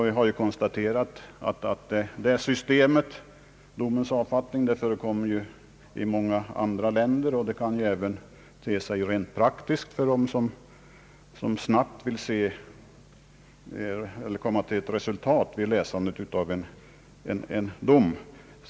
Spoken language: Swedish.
Vi har konstaterat att det systemet för domens avfattning förekommer i många andra länder, och det kan också vara praktiskt för den som vid läsandet av en dom snabbt vill få klarhet om dess innebörd.